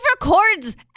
records